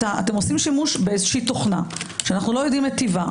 אתם עושים שימוש בתוכנה שאנחנו לא יודעים את טיבה,